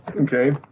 okay